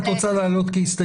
את זה את רוצה להעלות כהסתייגות?